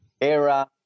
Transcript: era